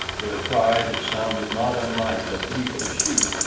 with a cry that sounded not unlike the bleat of a sheep,